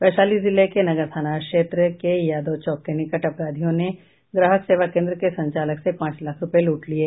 वैशाली जिले के नगर थाना क्षेत्र के यादव चौक के निकट अपराधियों ने ग्राहक सेवा केन्द्र के संचालक से पांच लाख रूपये लूट लिये